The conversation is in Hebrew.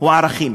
הוא ערכים,